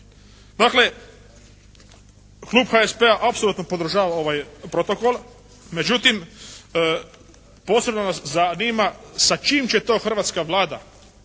Dakle, Klub HSP-a apsolutno podržava ovaj protokol. Međutim, posebno nas zanima sa čim će to hrvatska Vlada,